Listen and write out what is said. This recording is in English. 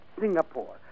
Singapore